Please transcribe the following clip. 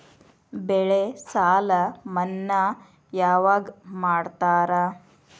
ಬೆಳೆ ಸಾಲ ಮನ್ನಾ ಯಾವಾಗ್ ಮಾಡ್ತಾರಾ?